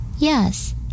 Yes